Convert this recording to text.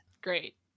great